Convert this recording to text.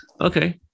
Okay